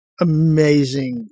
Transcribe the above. amazing